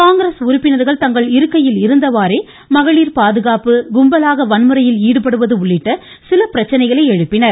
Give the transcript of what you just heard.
காங்கிரஸ் உறுப்பினர்கள் தங்கள் இருக்கையில் இருந்தவாறே மகளிர் பாதுகாப்பு கும்பலாக வன்முறையில் ஈடுபடுவது உள்ளிட்ட சில பிரச்சனைகளை எழுப்பினார்கள்